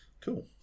cool